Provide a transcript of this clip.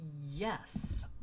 Yes